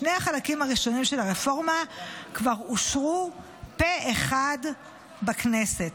שני החלקים הראשונים של הרפורמה כבר אושרו פה אחד בכנסת.